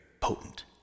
potent